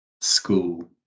school